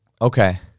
Okay